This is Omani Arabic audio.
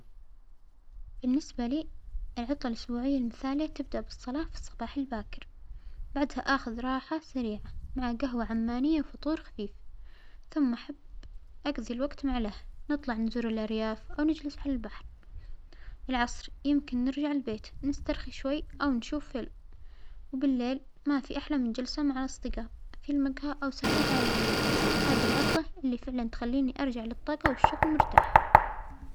بالنسبة لى العطلة الأسبوعية المثالية تبدأ بالصلاه في الصباح الباكر بعدها آخذ راحه سريعة مع جهوة عمانية و فطور خفيف، ثم أحب أقظي الوقت مع الأهل نطلع نزور الأرياف أو نجلس على البحر، العصر يمكن نرجع البيت نسترخى شوى أو نشوف فيلم وبليل ما في أحلى من الجلسة مع أصدقاء فى المجهى أو سهرة عائلية، هذه العطلة اللى فعلا تخلينى أرجع للطاجة والشغل مرتاح.